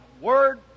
word